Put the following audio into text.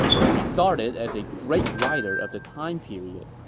is regarded as a great writer of the time period,